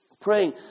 praying